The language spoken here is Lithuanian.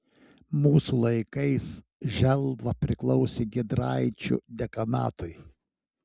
mūsų laikais želva priklausė giedraičių dekanatui